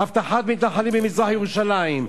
אבטחת מתנחלים במזרח-ירושלים,